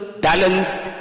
balanced